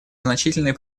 значительный